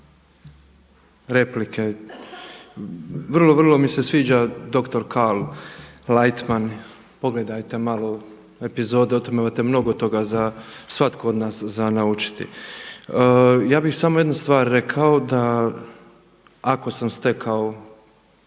replike vrlo mi se sviđa dr. Cal Lightman, pogledajte malo epizodu o tome, imate mnogo za, svatko od nas za naučiti. Ja bih samo jednu stvar rekao da ako sam stekao